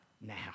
now